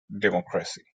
democracy